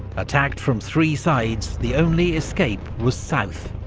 attacked from three sides, the only escape was south,